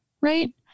right